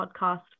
podcast